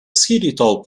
skeletal